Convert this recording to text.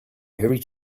every